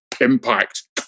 impact